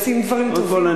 כי כשעושים דברים טובים,